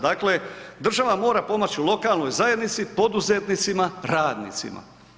Dakle država mora pomoći lokalnoj zajednici, poduzetnicima, radnicima.